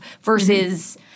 versus